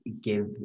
give